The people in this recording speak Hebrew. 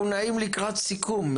אנחנו נעים לקראת סיכום.